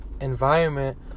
environment